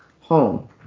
home